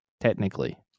Technically